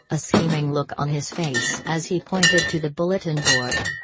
a scheming look on his face as he pointed to the bulletin board.